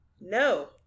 No